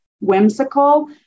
whimsical